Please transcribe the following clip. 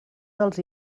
dels